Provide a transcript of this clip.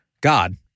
God